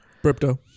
Crypto